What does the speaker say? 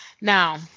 now